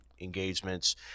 engagements